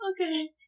Okay